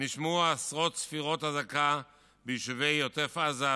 נשמעו עשרות צפירות אזעקה ביישובי עוטף עזה,